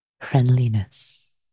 friendliness